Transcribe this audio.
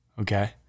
Okay